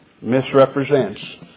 misrepresents